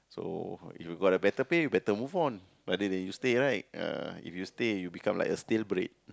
so you got the better pay you better move on rather than you stay right ah if you stay you become like a stale bread